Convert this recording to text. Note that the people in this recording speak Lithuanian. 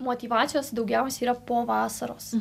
motyvacijos daugiausia yra po vasaros